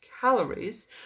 calories